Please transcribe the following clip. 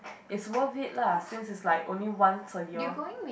it's worth it lah since its like only once a year